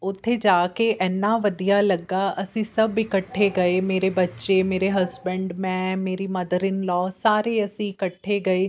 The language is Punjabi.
ਉੱਥੇ ਜਾ ਕੇ ਇੰਨਾ ਵਧੀਆ ਲੱਗਾ ਅਸੀਂ ਸਭ ਇਕੱਠੇ ਗਏ ਮੇਰੇ ਬੱਚੇ ਮੇਰੇ ਹਸਬੈਂਡ ਮੈਂ ਮੇਰੀ ਮਦਰ ਇਨ ਲੋ ਸਾਰੇ ਅਸੀਂ ਇਕੱਠੇ ਗਏ